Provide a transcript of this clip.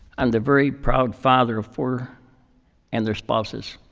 i'm the very proud father of four and their spouses,